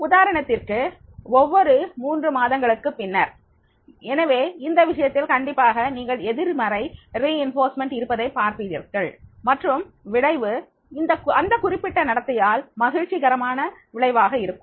உதாரணத்திற்கு ஒவ்வொரு மூன்று மாதங்களுக்குப் பின்னர் எனவே இந்த விஷயத்தில் கண்டிப்பாக நீங்கள் நேர்மறை வலுவூட்டல் இருப்பதை பார்ப்பீர்கள் மற்றும் விளைவு அந்த குறிப்பிட்ட நடத்தையால் மகிழ்ச்சிகரமான விளைவாக இருக்கும்